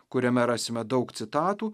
kuriame rasime daug citatų